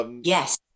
Yes